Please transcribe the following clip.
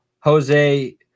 Jose –